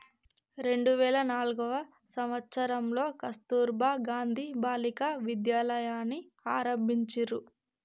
రెండు వేల నాల్గవ సంవచ్చరంలో కస్తుర్బా గాంధీ బాలికా విద్యాలయని ఆరంభించిర్రు